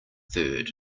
third